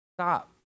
Stop